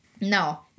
No